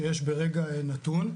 שיש ברגע נתון.